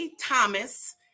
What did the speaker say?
Thomas